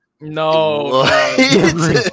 No